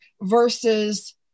versus